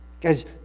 Guys